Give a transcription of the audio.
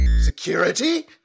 Security